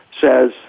says